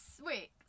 wait